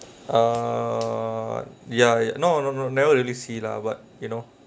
ah ya ya no no no never really see lah but you know